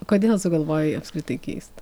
kodėl sugalvojai apskritai keist